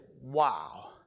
wow